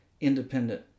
independent